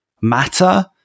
matter